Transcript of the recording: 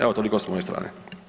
Evo toliko s moje strane.